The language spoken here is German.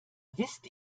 wisst